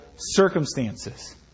circumstances